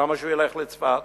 למה שהוא ילך לצפת?